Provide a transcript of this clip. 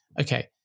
Okay